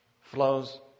Flows